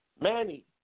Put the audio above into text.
Manny